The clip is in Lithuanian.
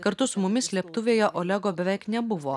kartu su mumis slėptuvėje olego beveik nebuvo